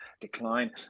Decline